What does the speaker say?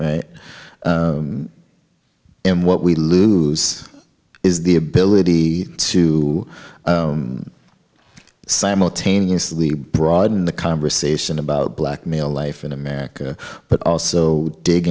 it and what we lose is the ability to simultaneously broaden the conversation about black male life in america but also dig